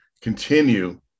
continue